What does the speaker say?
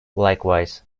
likewise